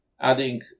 adding